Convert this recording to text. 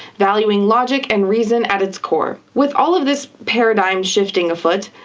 valuing logic and reason at its core. with all of this paradigm-shifting afoot,